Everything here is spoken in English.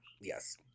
Yes